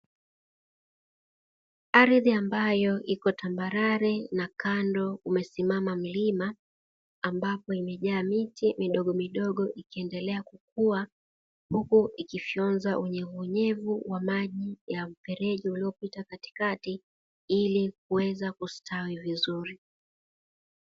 Ardhi ambayo iko tambarare na kando umesimama mlima ambapo imejaa miti midogo midogo ikiendelea kukua huko ikifyonza unyevunyevu wa maji ya mfereji uliopita katikati ili kuweza kustawi vizuri